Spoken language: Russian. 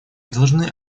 должны